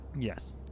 Yes